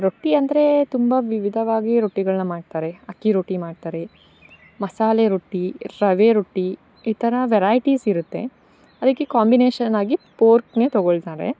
ರೊಟ್ಟಿ ಅಂದರೆ ತುಂಬ ವಿವಿಧವಾಗಿ ರೊಟ್ಟಿಗಳನ್ನ ಮಾಡ್ತಾರೆ ಅಕ್ಕಿ ರೊಟ್ಟಿ ಮಾಡ್ತಾರೆ ಮಸಾಲೆ ರೊಟ್ಟಿ ರವೆ ರೊಟ್ಟಿ ಈ ಥರ ವೆರೈಟಿಸ್ ಇರುತ್ತೆ ಅದಕ್ಕೆ ಕಾಂಬಿನೇಷನಾಗಿ ಪೋರ್ಕ್ನೆ ತಗೊಳ್ತಾರೆ